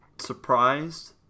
surprised